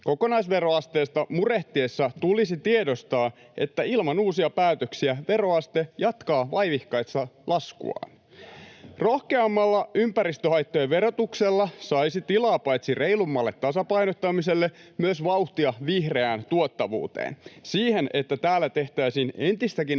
Kokonaisveroasteesta murehtiessa tulisi tiedostaa, että ilman uusia päätöksiä veroaste jatkaa vaivihkaista laskuaan. [Oikealta: Hyvä!] Rohkeammalla ympäristöhaittojen verotuksella saisi tilaa paitsi reilummalle tasapainottamiselle myös vauhtia vihreään tuottavuuteen; siihen, että täällä tehtäisiin entistäkin